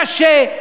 קשה,